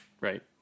right